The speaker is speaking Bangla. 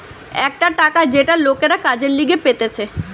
একটা টাকা যেটা লোকরা কাজের লিগে পেতেছে